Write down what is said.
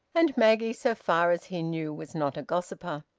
and maggie, so far as he knew, was not a gossiper.